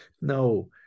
No